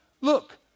Look